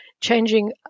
changing